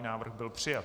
Návrh byl přijat.